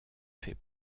fait